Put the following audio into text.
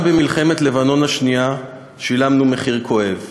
גם במלחמת לבנון השנייה שילמנו מחיר כואב: